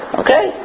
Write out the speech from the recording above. okay